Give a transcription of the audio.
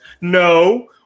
No